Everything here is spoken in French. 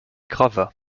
gravats